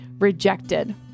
Rejected